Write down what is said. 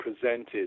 presented